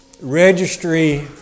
registry